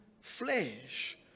flesh